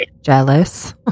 jealous